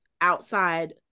outside